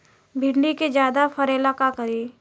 भिंडी के ज्यादा फरेला का करी?